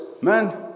man